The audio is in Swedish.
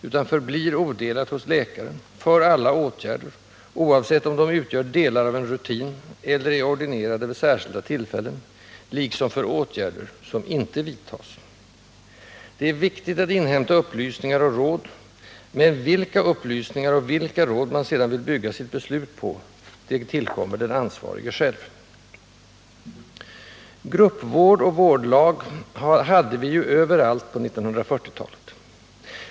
Det förblir odelat hos läkaren för alla åtgärder, oavsett om de utgör delar av en rutin eller är ordinerade vid särskilda tillfällen, men också för åtgärder som inte vidtas. Det är viktigt att inhämta upplysningar och råd, men vilka upplysningar och vilka råd man sedan vill bygga sitt beslut på tillkommer den ansvarige själv. Gruppvård och vårdlag hade vi ju överallt på 1940-talet.